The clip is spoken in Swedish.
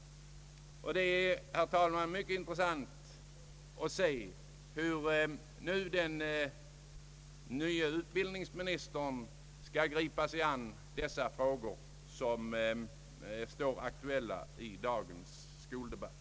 Herr talman! Det skall bli mycket intressant att se hur den nye utbildningsministern griper sig an dessa frågor, som är särskilt aktuella i dagens skoldebatt.